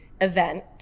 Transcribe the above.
event